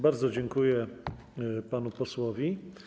Bardzo dziękuję panu posłowi.